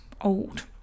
old